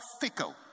fickle